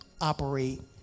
operate